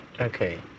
Okay